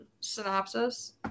synopsis